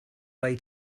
way